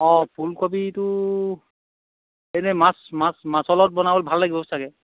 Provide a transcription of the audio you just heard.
অঁ ফুলকবিটো এনেই মাছ মাছ মাছৰ লগত বনাবলৈ ভাল লাগিব চাগৈ